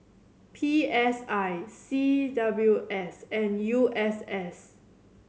P S I C W S and U S S